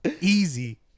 Easy